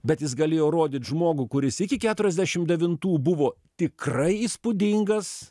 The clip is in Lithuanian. bet jis galėjo rodyt žmogų kuris iki keturiasdešim devintų buvo tikrai įspūdingas